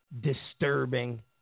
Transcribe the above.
disturbing